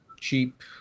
cheap